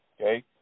Okay